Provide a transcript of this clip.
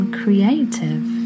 creative